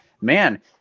man